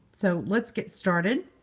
so let's get started.